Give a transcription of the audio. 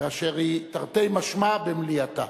כאשר היא, תרתי משמע, במליאתה.